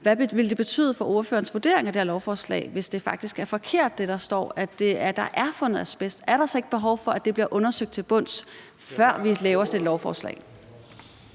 Hvad vil det betyde for ordførerens vurdering af det her lovforslag, hvis det, der står, faktisk er forkert, og at der er fundet asbest? Er der så ikke behov for, at det bliver undersøgt til bunds, før vi laver sådan et lovforslag?